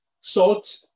salt